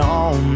on